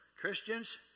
Christians